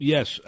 Yes